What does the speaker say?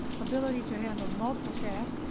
ability to handle multiple tasks,